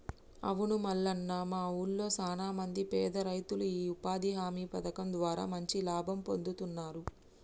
అవును మల్లన్న మా ఊళ్లో సాన మంది పేద రైతులు ఈ ఉపాధి హామీ పథకం ద్వారా మంచి లాభం పొందుతున్నారు